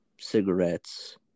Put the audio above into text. cigarettes